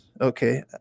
okay